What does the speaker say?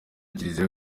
kiliziya